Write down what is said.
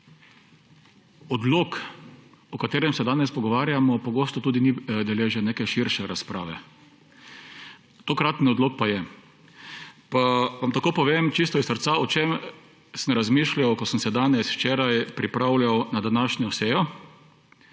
Odlok, o katerem se danes pogovarjamo, pogosto ni deležen neke širše razprave, tokratni odlok pa je. Vam tako čisto iz srca povem, o čem sem razmišljal, ko sem se danes, včeraj pripravljal na današnjo sejo,